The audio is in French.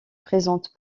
présente